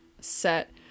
set